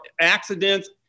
accidents